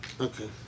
Okay